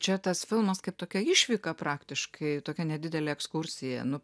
čia tas filmas kaip tokia išvyka praktiškai tokia nedidelė ekskursija nu